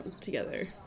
together